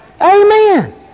Amen